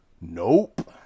Nope